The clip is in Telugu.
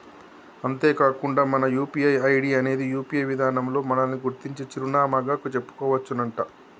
అంతేకాకుండా మన యూ.పీ.ఐ ఐడి అనేది యూ.పీ.ఐ విధానంలో మనల్ని గుర్తించే చిరునామాగా చెప్పుకోవచ్చునంట